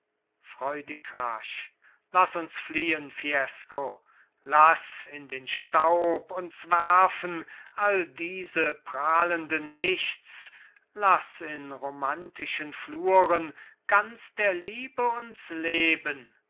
freudig rasch laß uns fliehen fiesco laß in den staub uns werfen all diese prahlende nichts laß in romantischen fluren ganz der liebe uns leben